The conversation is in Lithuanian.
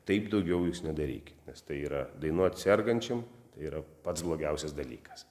taip daugiau jūs nedarykit nes tai yra dainuot sergančiam tai yra pats blogiausias dalykas